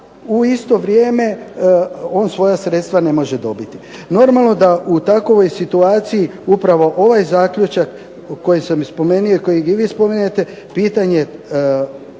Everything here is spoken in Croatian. u isto vrijeme on svoja sredstva ne može dobiti. Normalno da u takvoj situaciji upravo ovaj zaključak koji sam spomenuo i kojeg i vi spominjete pitanje